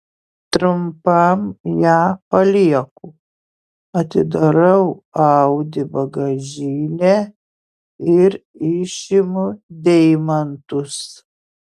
trumpam ją palieku atidarau audi bagažinę ir išimu deimantus